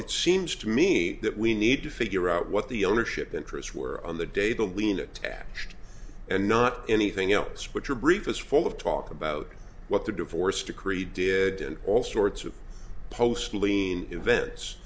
it seems to me that we need to figure out what the ownership interests were on the day the lien attached and not anything else but your brief is full of talk about what the divorce decree did in all sorts of post lien events